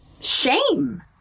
shame